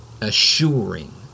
assuring